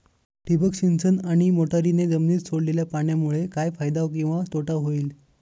ठिबक सिंचन आणि मोटरीने जमिनीत सोडलेल्या पाण्यामुळे काय फायदा किंवा तोटा होईल?